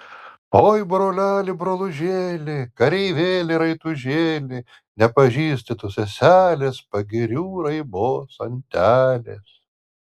oi broleli brolužėli kareivėli raitužėli nepažįsti tu seselės pagirių raibos antelės